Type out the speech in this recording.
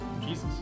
Jesus